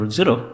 Zero